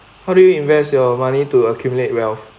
how do you invest your money to accumulate wealth